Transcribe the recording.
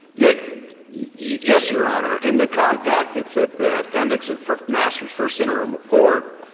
yeah yes, your honor. in the compact it's at the appendix of the master's first interim report.